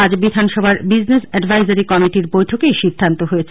আজ বিধানসভার business advisory কমিটির বৈঠকে এই সিদ্ধান্ত হয়েছে